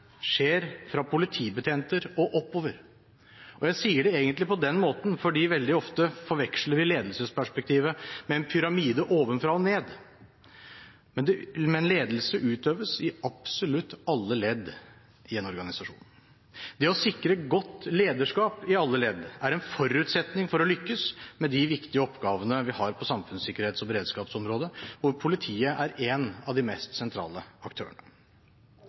skjer fra politibetjenter og oppover. Jeg sier det egentlig på den måten, for veldig ofte forveksler vi ledelsesperspektivet med en pyramide ovenfra og ned. Men ledelse utøves i absolutt alle ledd i en organisasjon. Det å sikre godt lederskap i alle ledd er en forutsetning for å lykkes med de viktige oppgavene vi har på samfunnssikkerhets- og beredskapsområdet, og hvor politiet er en av de mest sentrale aktørene.